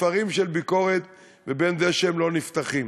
ספרים של ביקורת לבין זה שהם לא נפתחים.